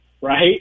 right